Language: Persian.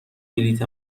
بلیط